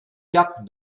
cap